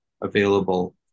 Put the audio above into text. available